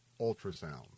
ultrasounds